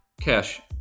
cash